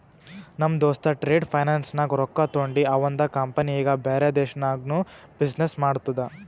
ನಮ್ ದೋಸ್ತ trade finance ನಾಗ್ ರೊಕ್ಕಾ ತೊಂಡಿ ಅವಂದ ಕಂಪನಿ ಈಗ ಬ್ಯಾರೆ ದೇಶನಾಗ್ನು ಬಿಸಿನ್ನೆಸ್ ಮಾಡ್ತುದ